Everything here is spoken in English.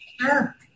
Sure